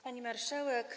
Pani Marszałek!